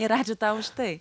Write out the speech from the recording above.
ir ačiū tau už tai